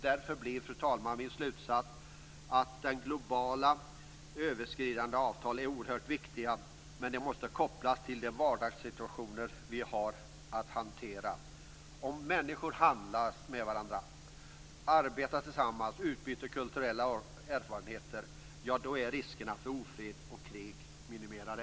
Därför blir, fru talman, min slutsats att globala överskridande avtal är oerhört viktiga, men de måste kopplas till de vardagssituationer vi har att hantera. Om människor handlar med varandra, arbetar tillsammans och utbyter kulturella erfarenheter, ja, då är riskerna för ofred och krig minimerade.